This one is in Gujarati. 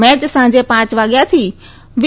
મેચ સાંજે પાંચ વાગ્યેથી વી